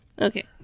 Okay